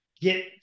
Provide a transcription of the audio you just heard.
get